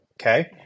okay